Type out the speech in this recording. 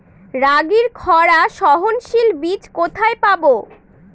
রাগির খরা সহনশীল বীজ কোথায় পাবো?